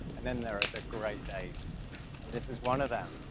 and then there are the great days, and this is one of them.